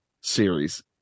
series